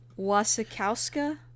Wasikowska